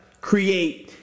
create